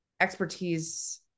expertise